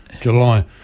July